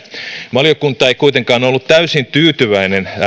valiokunta ei kuitenkaan ollut täysin tyytyväinen